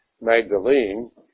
Magdalene